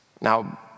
Now